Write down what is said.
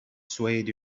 swayed